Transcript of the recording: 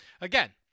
Again